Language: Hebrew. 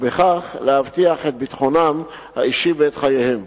ובכך להבטיח את ביטחונם האישי ואת חייהם.